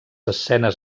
escenes